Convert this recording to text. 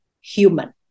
human